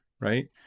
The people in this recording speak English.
right